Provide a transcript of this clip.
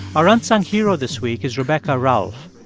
our unsung hero this week is rebecca ralph.